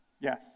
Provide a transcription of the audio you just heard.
yes